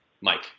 Mike